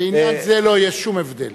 בעניין זה לא יהיה שום הבדל.